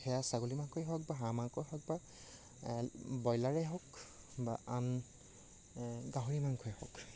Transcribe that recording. সেয়া ছাগলী মাংসই হওক বা হাঁহ মাংসই হওক বা ব্ৰইলাৰেই হওক বা আন গাহৰি মাংসই হওক